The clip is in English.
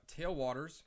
tailwaters